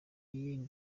yindi